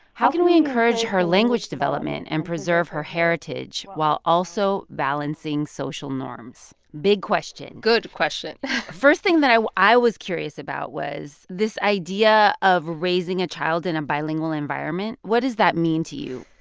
how. can we encourage her language development and preserve her heritage while also balancing social norms? big question good question first thing that i i was curious about was this idea of raising a child in a bilingual environment. what does that mean to you?